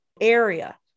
area